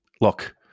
look